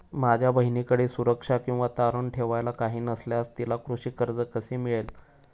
माझ्या बहिणीकडे सुरक्षा किंवा तारण ठेवायला काही नसल्यास तिला कृषी कर्ज कसे मिळेल?